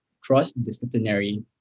cross-disciplinary